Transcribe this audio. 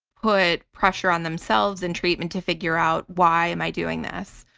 put pressure on themselves and treatment to figure out why am i doing this?